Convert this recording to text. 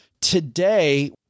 today